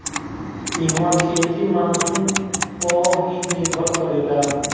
इहवा खेती मानसून पअ ही निर्भर करेला